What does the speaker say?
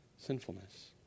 Sinfulness